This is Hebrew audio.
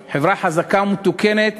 חברתי, חברה חזקה ומתוקנת